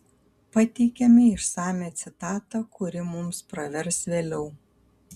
pateikiame išsamią citatą kuri mums pravers vėliau